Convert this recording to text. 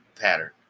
pattern